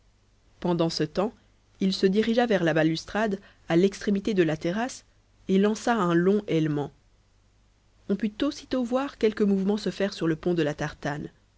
pendant ce temps il se dirigea vers la balustrade à l'extrémité de la terrasse et lança un long hélement on put aussitôt voir quelque mouvement se faire sur le pont de la tartane